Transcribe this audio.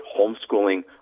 homeschooling